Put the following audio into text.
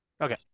Okay